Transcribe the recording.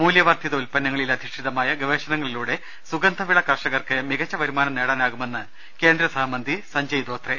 മൂല്യവർധിത ഉൽപന്നങ്ങളിൽ അധിഷ്ഠിതമായ ഗവേഷണങ്ങളി ലൂടെ സുഗന്ധവിള കർഷകർക്ക് മികച്ച വരുമാനം നേടാനാകുമെന്ന് കേന്ദ്രസഹമന്ത്രി സഞ്ജയ് ധോത്രെ